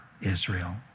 Israel